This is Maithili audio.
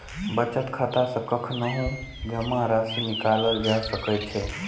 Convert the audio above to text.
बचत खाता सं कखनहुं जमा राशि निकालल जा सकै छै